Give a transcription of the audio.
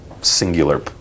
singular